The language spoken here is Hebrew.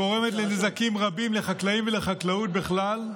הגורמת לנזקים רבים לחקלאים ולחקלאות בכלל.